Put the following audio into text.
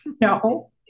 No